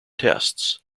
tests